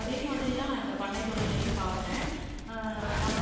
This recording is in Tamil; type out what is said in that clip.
அதேமாதிரி தான் நான் இந்த பண்ணைத் தொழிலையும் பாக்கிறேன் நம்ம